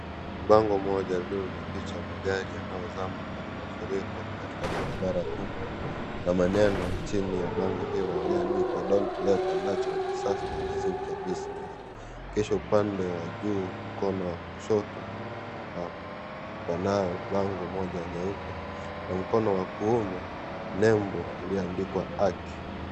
Bango moja lililo na picha ya magari yanayozama kwenye mafuriko katika barabara kuu na maneno chini ya bango hilo yaliyoandikwa don't let a natural disaster sink your business kisha upande wa juu mkono wa kushoto panayo bango moja nyeupe na mkono wa kuume nembo iliyoandikwa haki.